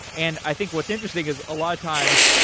and i think what's interesting is a lot of times,